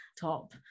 top